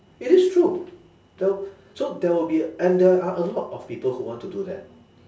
it is true there'll so there will be and there are a lot people who want to do that